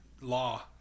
law